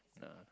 nah